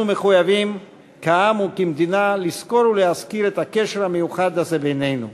אנחנו מחויבים כעם וכמדינה לזכור ולהזכיר את הקשר המיוחד הזה בינינו.